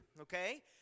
okay